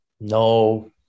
No